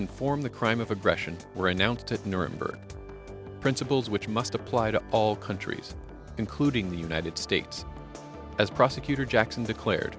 inform the crime of aggression were announced at nuremberg principles which must apply to all countries including the united states as prosecutor jackson declared